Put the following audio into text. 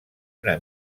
una